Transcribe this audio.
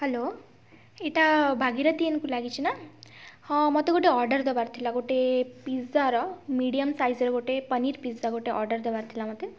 hello ଏଇଟା ଭାଗିରଥି ଏନ୍ କୁ ଲାଗିଛି ନା ହଁ ମୋତେ ଗୋଟେ ଅର୍ଡ଼ର୍ ଦେବାର ଥିଲା ଗୋଟେ ପିଜାର ମିଡ଼ିଅମ୍ ସାଇଜ୍ର ଗୋଟେ ପନିର୍ ପିଜା ଗୋଟେ ଅର୍ଡ଼ର୍ ଦେବାର ଥିଲା ମୋତେ